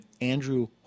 Andrew